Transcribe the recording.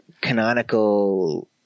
canonical